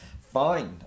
fine